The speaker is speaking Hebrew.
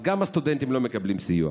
אז גם הסטודנטים לא מקבלים סיוע,